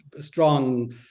strong